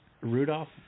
Rudolph